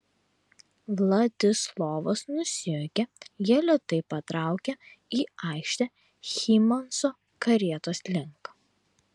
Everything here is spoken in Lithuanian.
vladislovas nusijuokė jie lėtai patraukė į aikštę hymanso karietos link